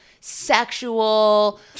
sexual